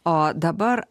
o dabar